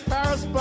Paris